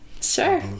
sure